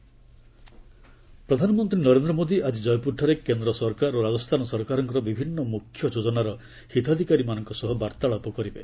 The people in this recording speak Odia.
ପିଏମ୍ କୟପୁର ପ୍ରଧାନମନ୍ତ୍ରୀ ନରେନ୍ଦ୍ର ମୋଦି ଆଜି ଜୟପୁରଠାରେ କେନ୍ଦ୍ର ସରକାର ଓ ରାଜସ୍ଥାନ ସରକାରଙ୍କ ବିଭିନ୍ନ ମୁଖ୍ୟ ଯୋଜନାର ହିତାଧିକାରୀମାନଙ୍କ ସହ ବାର୍ଭାଳାପ କରିବେ